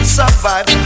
survive